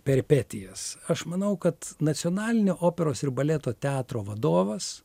peripetijas aš manau kad nacionalinio operos ir baleto teatro vadovas